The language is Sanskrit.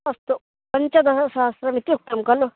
अस्तु पञ्चदहशहस्रमिति उक्तं खलु